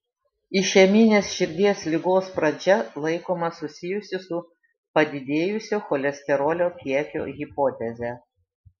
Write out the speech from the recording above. išeminės širdies ligos pradžia laikoma susijusi su padidėjusio cholesterolio kiekio hipoteze